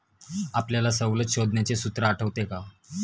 आपल्याला सवलत शोधण्याचे सूत्र आठवते का?